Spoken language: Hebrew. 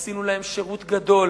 עשינו להם שירות גדול,